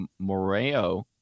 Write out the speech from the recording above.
Moreo